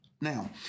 Now